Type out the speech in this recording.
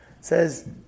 says